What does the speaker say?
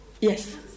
yes